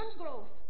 growth